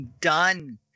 done